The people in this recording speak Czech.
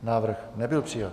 Návrh nebyl přijat.